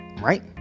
right